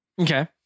Okay